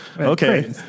okay